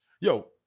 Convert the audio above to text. Yo